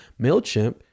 MailChimp